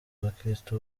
abakristu